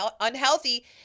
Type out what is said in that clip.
unhealthy